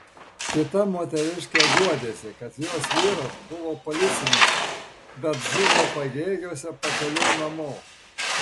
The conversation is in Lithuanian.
kita moteriškė guodėsi kad jos vyras buvo policininkas bet žuvo pagėgiuose pakeliui namo